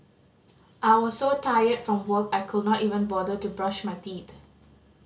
I was so tired from work I could not even bother to brush my teeth